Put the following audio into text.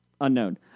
Unknown